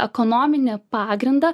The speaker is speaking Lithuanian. ekonominį pagrindą